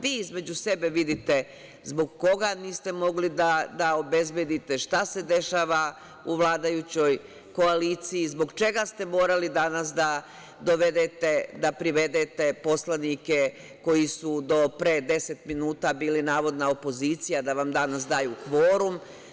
Vi između sebe vidite zbog koga niste mogli da obezbedite, šta se dešava u vladajućoj koaliciji, zbog čega ste morali danas da dovedete, da privedete poslanike koji su do pre deset minuta bili navodna opozicija da vam danas daju kvorum.